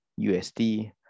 USD